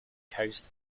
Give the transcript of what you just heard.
coast